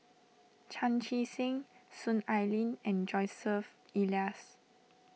Chan Chee Seng Soon Ai Ling and Joseph Elias